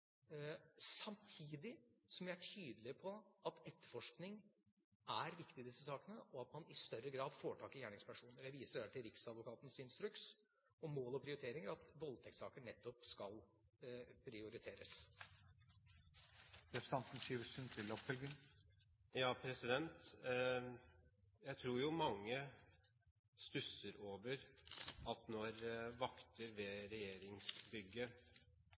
samtidig som vi er tydelige på at etterforskning er viktig i disse sakene, og at man i større grad får tak i gjerningspersoner. Jeg viser her til riksadvokatens instruks om mål og prioriteringer og at voldtektssaker nettopp skal prioriteres. Jeg tror mange stusser over når vakter ved regjeringsbygget